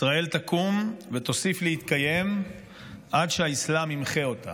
ישראל תקום ותוסיף להתקיים עד שהאסלאם ימחה אותה.